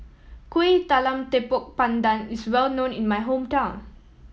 Kuih Talam Tepong Pandan is well known in my hometown